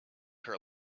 her